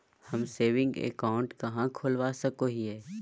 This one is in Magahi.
हम सेविंग अकाउंट कहाँ खोलवा सको हियै?